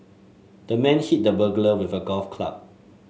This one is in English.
the man hit the burglar with a golf club